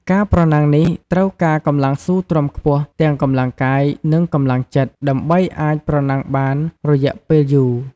ការប្រណាំងនេះ ត្រូវការកម្លាំងស៊ូទ្រាំខ្ពស់ ទាំងកម្លាំងកាយ និងកម្លាំងចិត្ត ដើម្បីអាចប្រណាំងបានរយៈពេលយូរ។